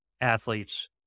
athletes